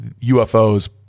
UFOs